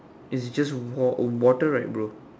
it's just wa~ water right bro